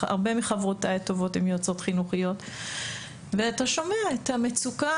הרבה מחברותיי הטובות הן יועצות חינוכיות ואתה שומע את המצוקה